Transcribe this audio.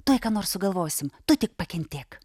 tuoj ką nors sugalvosim tu tik pakentėk